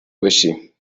باشی